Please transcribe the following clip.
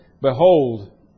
Behold